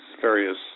various